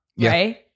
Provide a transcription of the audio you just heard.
Right